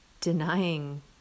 denying